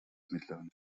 mittleren